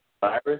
virus